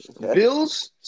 Bills